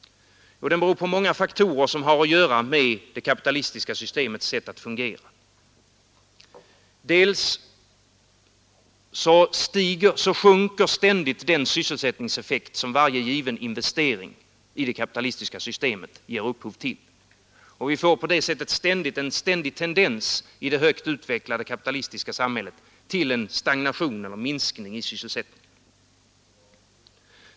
Den beror på många faktorer som har att göra med det kapitalistiska systemets sätt att fungera. Sålunda sjunker ständigt den sysselsättningseffekt som varje given investering i det kapitalistiska systemet ger upphov till. Vi får på det sättet en ständig tendens i det högt utvecklade kapitalistiska samhället till en stagnation eller minskning i sysselsättningen.